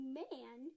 man